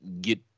get